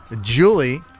Julie